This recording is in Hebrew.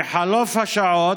בחלוף השעות,